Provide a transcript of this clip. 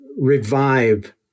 revive